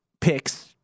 picks